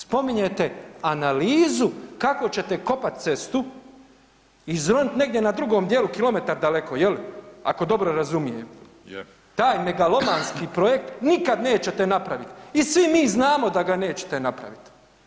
Spominjete analizu kako ćete kopat cestu, izronit negdje na drugom dijelu kilometar daleko je li ako dobro razumijem? [[Upadica iz klupe: Je]] Taj megalomanski projekt nikad nećete napravit i svi mi znamo da ga nećete napravit.